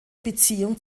beziehung